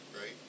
right